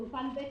באולפן ב',